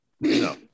No